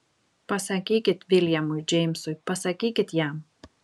pasakykit viljamui džeimsui pasakykit jam